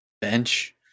bench